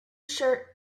shirt